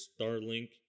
starlink